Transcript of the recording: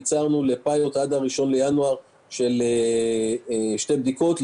קיצרנו לפיילוט של 12 יום עד ה-1 בינואר עם שתי בדיקות.